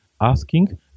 asking